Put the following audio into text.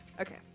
Okay